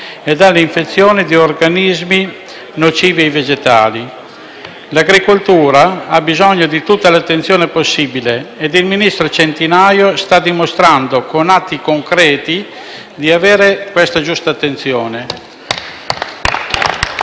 e dalle infezioni di organismi nocivi ai vegetali. L'agricoltura ha bisogno di tutta l'attenzione possibile e il ministro Centinaio sta dimostrando, con atti concreti, di avere la giusta attenzione.